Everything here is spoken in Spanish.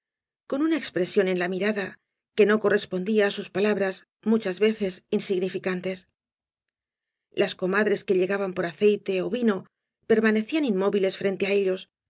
con una expresión en la mirada que no correspondía á sus pa labras muchas veces insignificantes las coma dres que llegaban por aceite ó vino permanecían inmóviles frente á ellos con